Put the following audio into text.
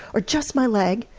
or just my leg,